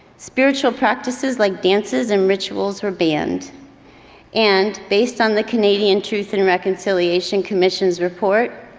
spiritual practices like dances and rituals were banned and based on the canadian truth and reconciliation commission's report.